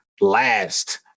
last